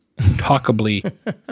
Talkably